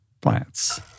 plants